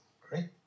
great